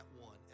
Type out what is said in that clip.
one